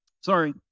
Sorry